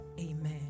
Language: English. amen